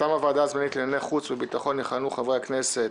מטעם הוועדה הזמנית לענייני חוץ וביטחון יכהנו חברי הכנסת: